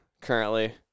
currently